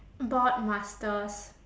board masters